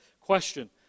question